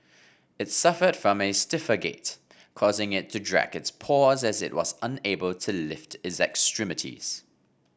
its suffered from a stiffer gait causing it to drag its paws as it was unable to lift its extremities